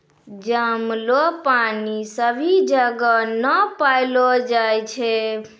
जमलो पानी सभी जगह नै पैलो जाय छै